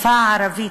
השפה הערבית,